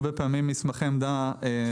הרבה פעמים אנחנו מעבירים מסמכים לממ"מ.